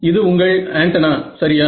இது உங்கள் ஆண்டெனா சரியா